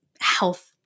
health